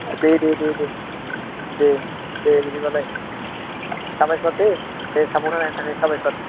ओ दे दे दे दे दे बिदिबालाय साबायखर दै जोंखौ साप्पर्त होनायनि थाखाय साबायखर